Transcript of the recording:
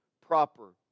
proper